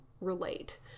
relate